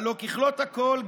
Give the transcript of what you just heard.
הלוא ככלות הכול,